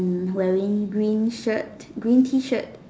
mm wearing green shirt green T shirt